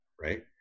right